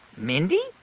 mindy?